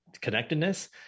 connectedness